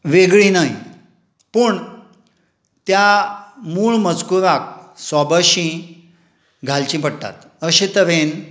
वेगळीं न्हय पूण त्या मूळ मजकुराक सोबशीं घालचीं पडटात अशे तरेन